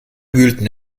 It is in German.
wühlten